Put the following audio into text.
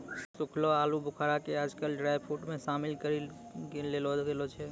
सूखलो आलूबुखारा कॅ आजकल ड्रायफ्रुट मॅ शामिल करी लेलो गेलो छै